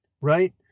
right